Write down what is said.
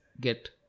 get